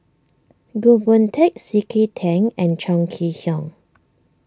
Goh Boon Teck C K Tang and Chong Kee Hiong